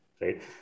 right